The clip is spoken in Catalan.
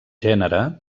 gènere